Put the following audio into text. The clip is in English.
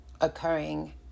occurring